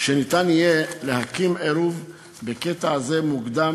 שניתן יהיה להקים עירוב בקטע הזה מוקדם